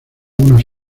unas